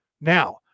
Now